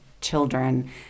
children